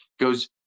goes